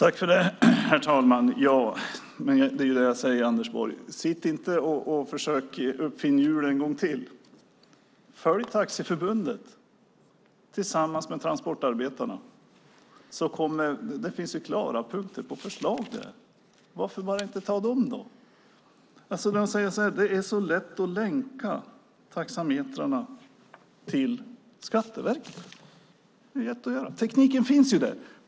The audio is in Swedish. Herr talman! Det jag säger är att Anders Borg inte ska försöka uppfinna hjulet en gång till utan i stället följa Taxiförbundet och Transportarbetareförbundet. Där finns klara punkter med förslag. Varför inte ta dem? De säger att det är lätt att länka taxametrarna till Skatteverket. Tekniken finns.